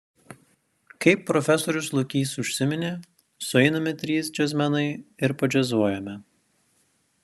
kaip profesorius lukys užsiminė sueiname trys džiazmenai ir padžiazuojame